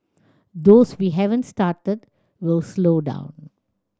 those we haven't started we'll slow down